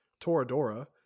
Toradora –